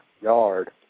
yard